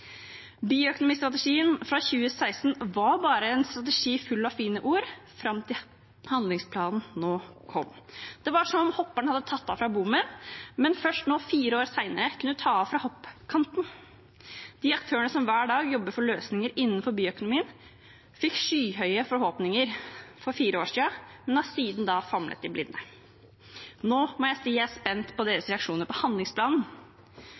Bioøkonomistrategien fra 2016 var bare en strategi full av fine ord, fram til handlingsplanen nå kom. Det var som om hopperen hadde tatt av fra bommen, men først nå, fire år senere, kunne ta av fra hoppkanten. De aktørene som hver dag jobber for løsninger innenfor bioøkonomien, fikk skyhøye forhåpninger for fire år siden, men har siden da famlet i blinde. Nå må jeg si jeg er spent på deres reaksjoner på handlingsplanen.